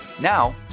Now